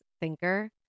thinker